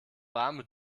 warme